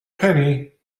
penny